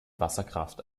wasserkraft